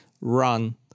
run